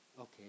Okay